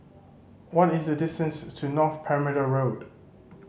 what is the distance to North Perimeter Road